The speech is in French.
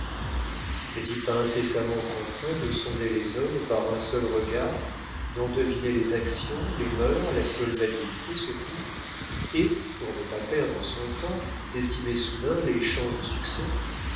n'est-il pas incessamment contraint de sonder les hommes par un seul regard d'en deviner les actions les mœurs la solvabilité surtout et pour ne pas perdre son temps d'estimer soudain les chances de succès